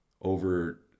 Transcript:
over